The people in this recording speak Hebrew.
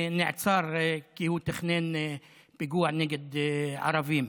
שנעצר כי הוא תכנן פיגוע נגד ערבים,